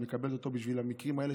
את מקבלת אותו בשביל המקרים האלה,